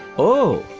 oh!